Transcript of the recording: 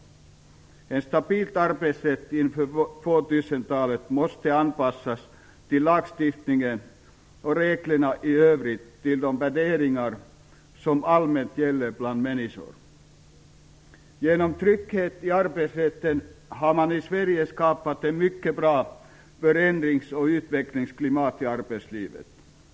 En stabil arbetsrätt inför 2000-talet måste anpassas till lagstiftningen och reglerna i övrigt till de värderingar som allmänt gäller bland människor. Genom trygghet i arbetsrätten har man i Sverige skapat ett mycket bra förändrings och utvecklingsklimat i arbetslivet.